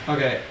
Okay